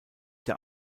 der